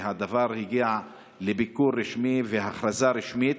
והדבר הגיע לביקור רשמי והכרזה רשמית.